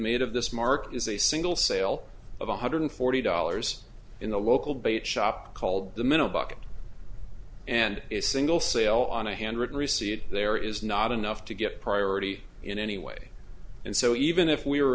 made of this mark is a single sale of one hundred forty dollars in the local bait shop called the middle bucket and is single sale on a handwritten receipt there is not enough to get priority in any way and so even if we were